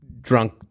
drunk